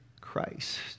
Christ